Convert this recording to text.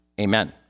Amen